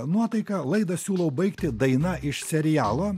nuotaiką laidą siūlau baigti daina iš serialo